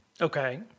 Okay